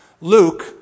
Luke